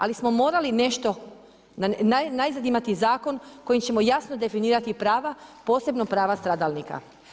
Ali smo morali nešto, najzad imati zakon kojim ćemo jasno definirati prava, posebno prava stradalnika.